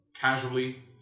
casually